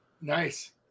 Nice